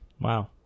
Wow